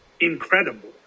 incredible